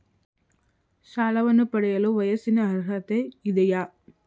ಸಾಲವನ್ನು ಪಡೆಯಲು ವಯಸ್ಸಿನ ಅರ್ಹತೆ ಇದೆಯಾ?